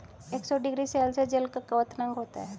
एक सौ degree Celsius जल का क्वथनांक होता है